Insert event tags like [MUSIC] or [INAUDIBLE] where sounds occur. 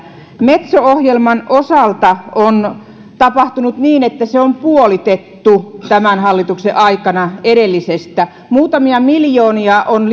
metso ohjelman osalta on tapahtunut niin että se on puolitettu tämän hallituksen aikana edellisestä muutamia miljoonia on [UNINTELLIGIBLE]